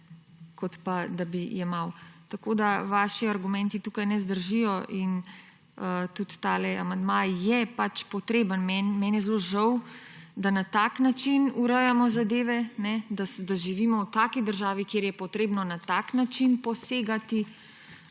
kot pa da bi jemal. Tako da vaši argumenti tukaj ne zdržijo in tudi ta amandma je potreben. Meni je zelo žal, da na tak način urejamo zadeve, da živimo v taki državi, kjer je potrebno na tak način posegati